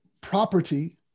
property